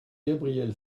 gabriel